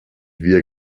wir